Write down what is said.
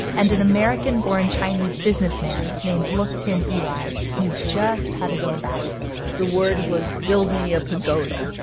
and an american born chinese businessman named look tin eli knew just how to go about it the word was, build me a pagoda.